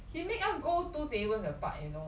he make us go two tables apart you know